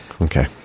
Okay